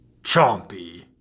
Chompy